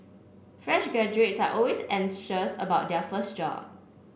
fresh graduates are always anxious about their first job